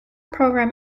program